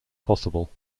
possible